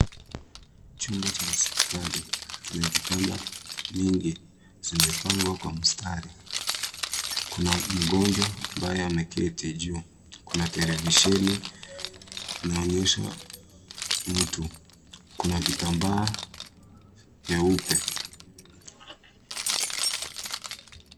Chumba cha hospitali kina vitanda mingi zimepangwa kwa mstari. Kuna mgonjwa ambaye ameketi juu. Kuna televisheni inaonyesha mtu. Kuna vitambaa nyeupe.